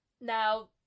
Now